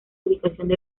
ubicaciones